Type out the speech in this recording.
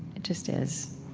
it just is.